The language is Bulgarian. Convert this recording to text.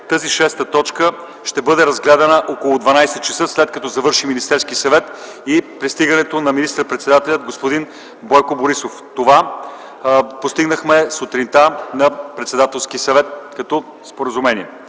тази шеста точка ще бъде разгледана около 12,00 ч., след като завърши заседанието на Министерския съвет – след пристигането на министър-председателя господин Бойко Борисов. Това постигнахме сутринта на Председателския съвет като споразумение.